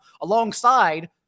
alongside